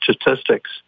statistics